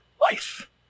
life